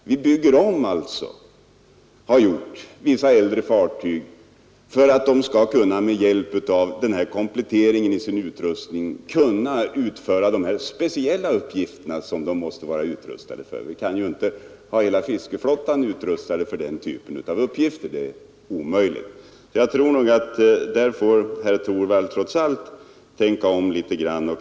Och därför har vi bl.a. byggt om vissa äldre fartyg för att de med denna kompletterade utrustning skall kunna utföra dessa speciella uppgifter. Vi kan ju inte ha hela fiskeflottan utrustad för den saken. Det är omöjligt. Där tror jag alltså att herr Torwald trots allt får tänka om.